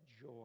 joy